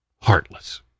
heartless